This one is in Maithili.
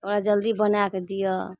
ओकरा जल्दी बनाए कऽ दिअ